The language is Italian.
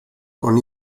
con